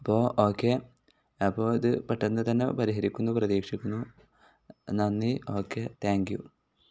അപ്പോൾ ഓക്കെ അപ്പോൾ ഇത് പെട്ടെന്നു തന്നെ പരിഹരിക്കും എന്നു പ്രതീക്ഷിക്കുന്നു നന്ദി ഓക്കെ താങ്ക് യൂ